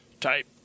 type